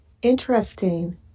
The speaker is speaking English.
Interesting